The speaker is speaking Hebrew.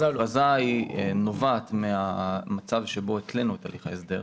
ההכרזה נובעת מהמצב שבו אצלנו תהליך ההסדר.